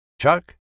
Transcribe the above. Chuck